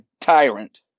tyrant